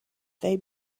they